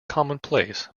commonplace